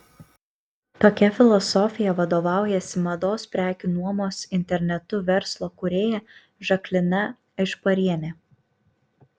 tokia filosofija vadovaujasi mados prekių nuomos internetu verslo kūrėja žaklina aišparienė